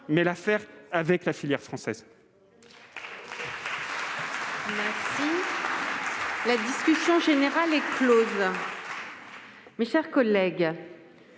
mais la réussir avec la filière française ! La discussion générale est close. Mes chers collègues